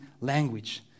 language